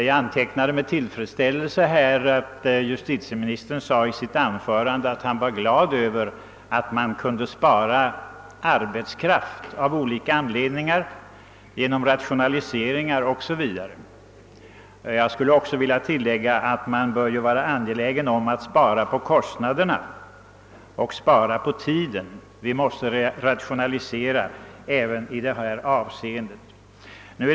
Jag antecknade med tillfredsställelse att justitieministern sade i sitt anförande, att han var glad över att man kunde spara arbetskraft av olika anledningar, exempelvis genom rationalisering. Jag vill tillägga att man bör vara angelägen om att spara på kostnaderna också och att även spara på tiden. Vi måste rationalisera även i detta avseende.